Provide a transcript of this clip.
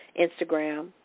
Instagram